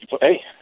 hey